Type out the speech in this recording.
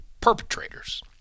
perpetrators